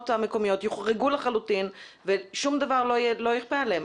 המקומיות יוחרגו לחלוטין ושום דבר לא ייכפה עליהן,